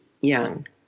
young